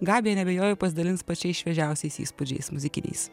gabija nebijoju pasidalins pačiais šviežiausiais įspūdžiais muzikiniais